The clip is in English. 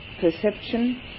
perception